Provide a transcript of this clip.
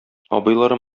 абыйлары